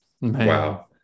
wow